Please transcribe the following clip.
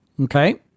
Okay